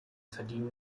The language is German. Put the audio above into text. verdienen